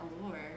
allure